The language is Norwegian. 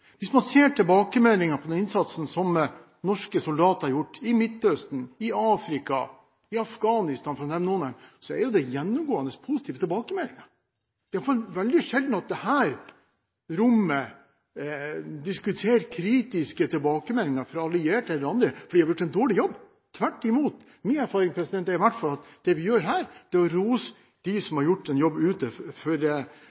Hvis vi ser på tilbakemeldinger på den innsatsen som norske soldater har gjort i Midtøsten, i Afrika og i Afghanistan, for å nevne noe, er de gjennomgående positive. Det er veldig sjelden at vi i dette rommet diskuterer kritiske tilbakemeldinger fra allierte eller andre om at man har gjort en dårlig jobb. Tvert imot, min erfaring er i alle fall at det vi gjør her, er å rose dem som